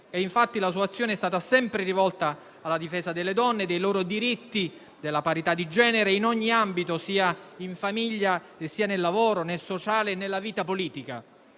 infatti la sua azione è stata sempre rivolta alla difesa delle donne, dei loro diritti, della parità di genere in ogni ambito, sia in famiglia, che nel lavoro, nel sociale e nella vita politica.